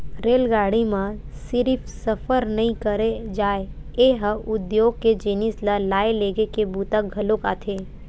रेलगाड़ी म सिरिफ सफर नइ करे जाए ए ह उद्योग के जिनिस ल लाए लेगे के बूता घलोक आथे